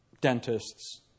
dentists